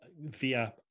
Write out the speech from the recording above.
via